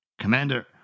Commander